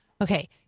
Okay